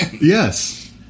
yes